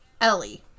Ellie